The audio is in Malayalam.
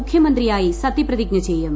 മുഖ്യമന്ത്രിയായി സത്യപ്രതിജ്ഞ ചെയ്യും